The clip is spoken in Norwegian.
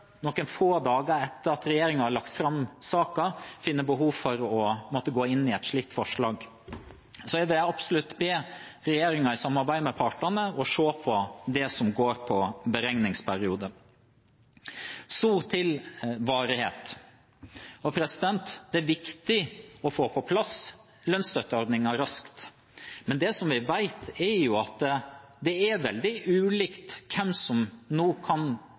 noen få dager etter at regjeringen har lagt fram saken, finner behov for å måtte gå inn i et slikt forslag. Så jeg vil absolutt be regjeringen i samarbeid med partene om å se på det som går på beregningsperiode. Så til varighet. Det er viktig å få på plass lønnsstøtteordningen raskt. Men det vi vet, er at det er veldig ulikt hvem som nå kan